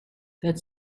that